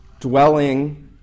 dwelling